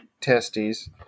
testes